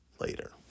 later